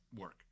work